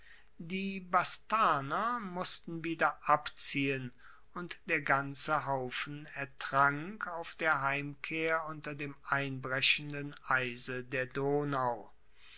die bastarner mussten wieder abziehen und der ganze haufen ertrank auf der heimkehr unter dem einbrechenden eise der donau